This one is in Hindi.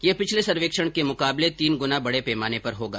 यह पिछले सर्वेक्षण के मुकाबले तीन गुना बडे पैमाने पर होगा